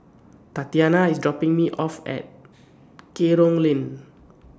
Tatiana IS dropping Me off At Kerong Lane